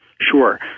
Sure